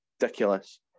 ridiculous